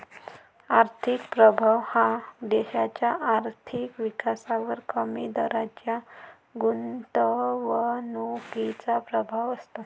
आर्थिक प्रभाव हा देशाच्या आर्थिक विकासावर कमी दराच्या गुंतवणुकीचा प्रभाव असतो